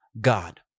God